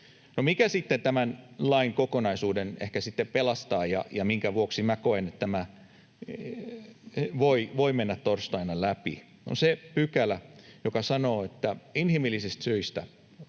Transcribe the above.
mikä sitten tämän lain kokonaisuuden ehkä pelastaa, ja minkä vuoksi koen, että tämä voi mennä torstaina läpi? Se on se pykälä, joka sanoo, että inhimillisistä syistä,